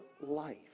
Life